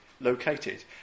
located